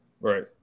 Right